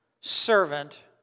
servant